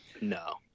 No